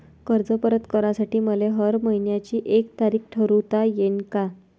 कर्ज परत करासाठी मले हर मइन्याची एक तारीख ठरुता येईन का?